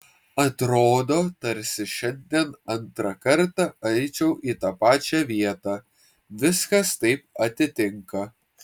atrodo tarsi šiandien antrą kartą eičiau į tą pačią vietą viskas taip atitinka